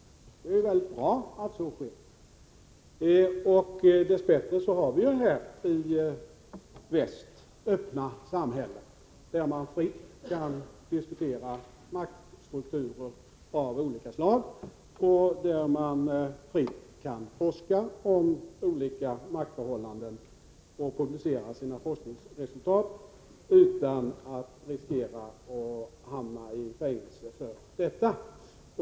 Det är mycket bra att så sker. Dess bättre har vi här i väst öppna samhällen där man fritt kan diskutera maktstrukturer av olika slag och där man fritt kan forska om olika maktförhållanden och publicera sina forskningsresultat utan att riskera att hamna i fängelse för det.